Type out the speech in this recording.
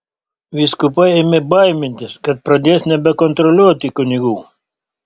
vyskupai ėmė baimintis kad pradės nebekontroliuoti kunigų